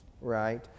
Right